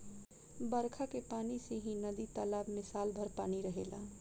बरखा के पानी से ही नदी तालाब में साल भर पानी रहेला